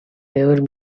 ever